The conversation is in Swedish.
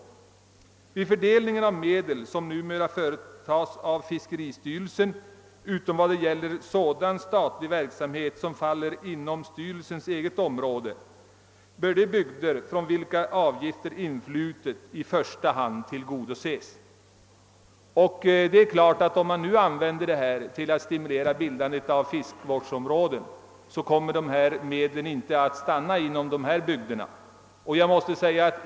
Vid fördelningen av medlen, som numera göres av fiskeristyrelsen, utom vad gäller sådan statlig verksamhet som faller inom styrelsens eget område, bör de bygder från vilka avgifter influtit tillgodoses i första hand. Men om man använder medlen till att stimulera bildandet av fiskevårdsområden kommer pengarna inte att stanna där.